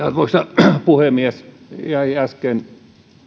arvoisa puhemies jäi äsken